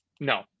no